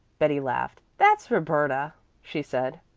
betty laughed. that's roberta, she said.